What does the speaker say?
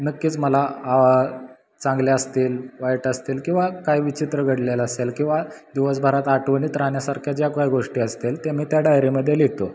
नक्कीच मला चांगल्या असतील वाईट असतील किंवा काही विचित्र घडलेलं असेल किंवा दिवसभरात आठवणीत राहण्यासारख्या ज्या काही गोष्टी असतील त्या मी त्या डायरीमध्ये लिहितो